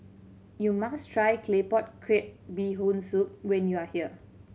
you must try Claypot Crab Bee Hoon Soup when you are here